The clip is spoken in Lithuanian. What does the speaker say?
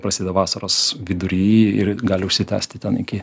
prasideda vasaros vidury ir gali užsitęsti ten iki